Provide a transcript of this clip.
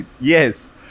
yes